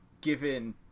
given